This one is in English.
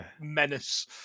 menace